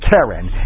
Karen